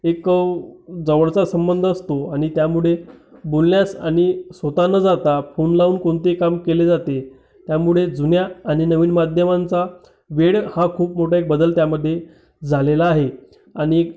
एक जवळचा संबंध असतो आणि त्यामुळे बोलण्यास आणि स्वतः न जाता फोन लावून कोणते काम केले जाते त्यामुळे जुन्या आणि नवीन माध्यमांचा वेळ हा खूप मोठा एक बदल त्यामध्ये झालेला आहे आणि एक